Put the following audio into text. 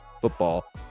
football